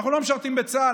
אנחנו לא משרתים בצה"ל?